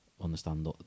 understand